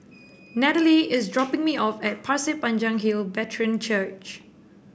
Natalee is dropping me off at Pasir Panjang Hill Brethren Church